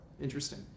interesting